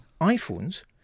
iPhones